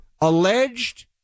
alleged